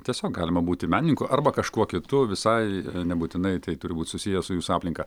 tiesiog galima būti menininku arba kažkuo kitu visai nebūtinai tai turi būti susiję su jūsų aplinka